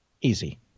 easy